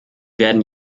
werden